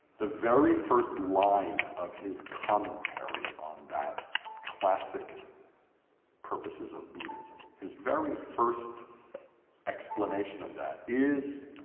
the very first line of his commentary on that classic purposes of buddhism, his very first explanation of that is,